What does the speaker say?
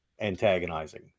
antagonizing